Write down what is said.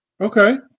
Okay